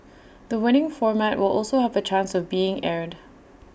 the winning format will also have A chance of being aired